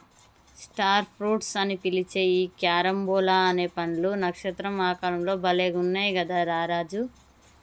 star fruits అని పిలిచే ఈ క్యారంబోలా అనే పండ్లు నక్షత్ర ఆకారం లో భలే గున్నయ్ కదా రా రాజు